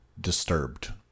Disturbed